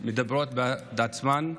מדברים בעד עצמם,